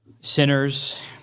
sinners